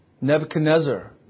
Nebuchadnezzar